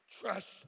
Trust